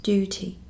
Duty